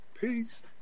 Peace